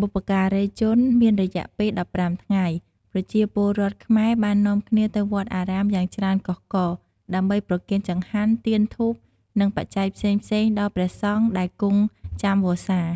បុព្វការីជន មានរយៈពេល ១៥ ថ្ងៃ ប្រជាពលរដ្ឋខ្មែរបាននាំគ្នាទៅវត្តអារាមយ៉ាងច្រើនកុះករ ដើម្បីប្រគេនចង្ហាន់ ទៀនធូប និងបច្ច័យផ្សេងៗ ដល់ព្រះសង្ឃដែលគង់ចាំវស្សា។